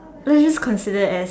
let's just consider as